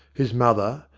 his mother,